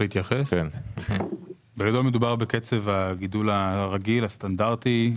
בגדול מדובר בקצב הגידול הרגיל, הסטנדרטי.